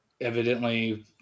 evidently